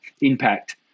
impact